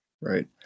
Right